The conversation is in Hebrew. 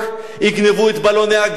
יגנבו את בלוני הגז,